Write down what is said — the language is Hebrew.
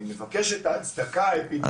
אני מבקש את ההצדקה האפידמיולוגית.